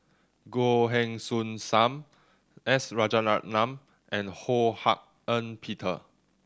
Goh Heng Soon Sam S Rajaratnam and Ho Hak Ean Peter